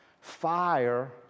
fire